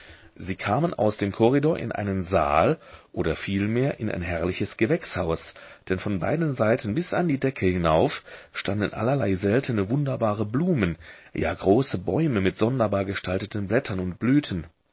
sie kamen aus dem korridor in einen saal oder vielmehr in ein herrliches gewächshaus denn von beiden seiten bis an die decke hinauf standen allerlei seltene wunderbare blumen ja große bäume mit sonderbar gestalteten blättern und blüten